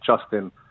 Justin